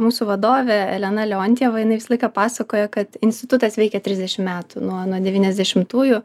mūsų vadovė elena leontjeva jinai visą laiką pasakoja kad institutas veikia trisdešim metų nuo nuo devyniasdešimtųjų